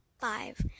five